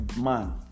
man